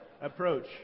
approach